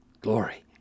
glory